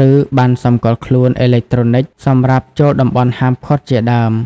រ ឬបណ្ណសម្គាល់ខ្លួនអេឡិចត្រូនិចសម្រាប់ចូលតំបន់ហាមឃាត់ជាដើម។